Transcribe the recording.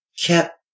kept